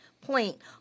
point